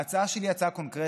ההצעה שלי היא הצעה קונקרטית,